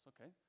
okay